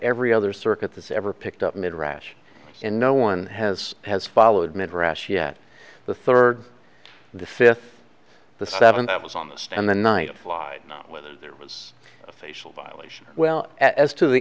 every other circuit this ever picked up made rash and no one has has followed midrash yet the third the fifth the seven that was on the stand the night applied whether there was facial violation well as to the